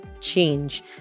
change